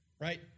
right